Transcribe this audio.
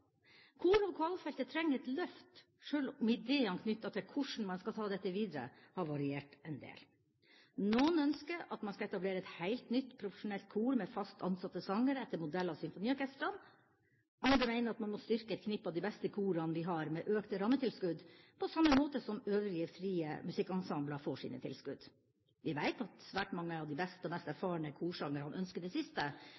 Kor- og vokalfeltet trenger et løft, selv om ideene knyttet til hvordan man skal ta dette videre, har variert en del. Noen ønsker at man skal etablere et helt nytt, profesjonelt kor med fast ansatte sangere, etter modell av symfoniorkestrene. Andre mener at man må styrke et knippe av de beste korene vi har, med økte rammetilskudd, på samme måte som øvrige frie musikkensembler får sine tilskudd. Vi veit at svært mange av de beste og mest